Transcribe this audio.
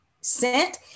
sent